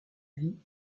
vie